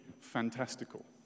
fantastical